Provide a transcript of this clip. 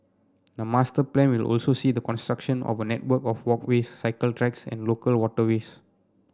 the master plan will also see the construction of a network of walkways cycle tracks and local waterways